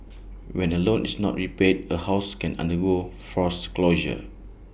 when A loan is not repaid A house can undergo forth closure